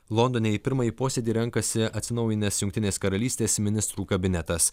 londone į pirmąjį posėdį renkasi atsinaujinęs jungtinės karalystės ministrų kabinetas